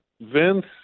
Vince